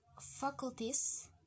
faculties